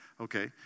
Okay